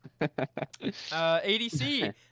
ADC